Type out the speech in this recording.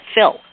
fill